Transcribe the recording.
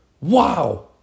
wow